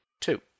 two